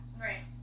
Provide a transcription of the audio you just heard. right